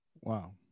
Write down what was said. wow